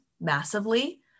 massively